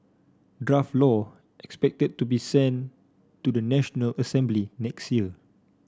draft law expected to be sent to the National Assembly next year